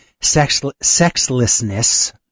sexlessness